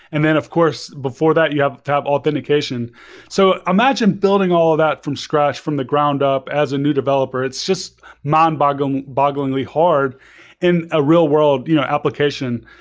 and then of course before that, you have to have authentication so imagine building all of that from scratch from the ground up as a new developer. it's just mind bogglingly bogglingly hard in a real-world you know application.